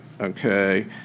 okay